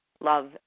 love